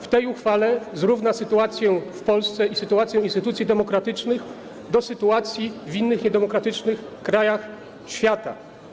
W tej uchwale zrówna sytuację w Polsce, sytuację instytucji demokratycznych, z sytuacją w innych niedemokratycznych krajach świata.